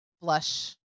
blush